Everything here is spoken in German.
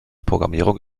programmierung